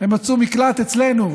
הם מצאו מקלט אצלנו.